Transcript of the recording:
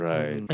Right